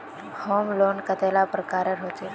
Home loan कतेला प्रकारेर होचे?